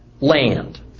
land